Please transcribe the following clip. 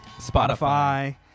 spotify